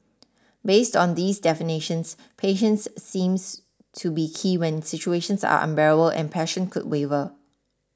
based on these definitions patience seems to be key when situations are unbearable and passion could waver